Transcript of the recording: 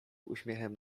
uśmiechem